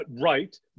right